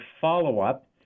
follow-up